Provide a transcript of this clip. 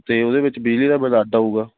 ਅਤੇ ਉਹਦੇ ਵਿੱਚ ਬਿਜਲੀ ਦਾ ਬਿੱਲ ਅੱਡ ਆਊਗਾ